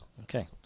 Okay